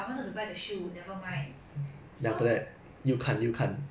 so right okay the shoe right it was like fifty percent off already then